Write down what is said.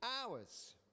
hours